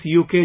uk